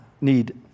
need